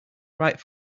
right